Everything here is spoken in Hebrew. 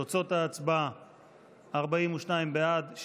תוצאות ההצבעה: 42 בעד,